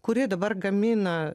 kuri dabar gamina